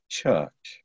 church